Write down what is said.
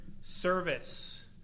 service